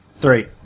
Three